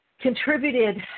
contributed